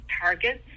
targets